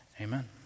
Amen